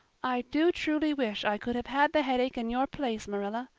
i do truly wish i could have had the headache in your place, marilla.